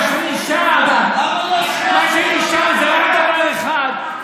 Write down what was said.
מה שנשאר זה רק דבר אחד: